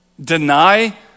deny